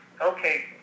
okay